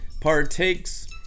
partakes